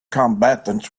combatants